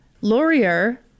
Laurier